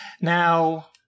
Now